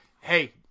Hey